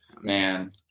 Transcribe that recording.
Man